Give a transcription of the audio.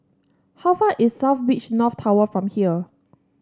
how far is South Beach North Tower from here